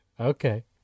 Okay